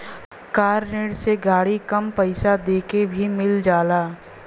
कार ऋण से गाड़ी कम पइसा देके भी मिल जाला